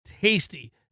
tasty